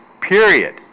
period